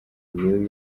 new